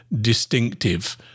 distinctive